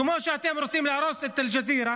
כמו שאתם רוצים להרוס את אל-ג'זירה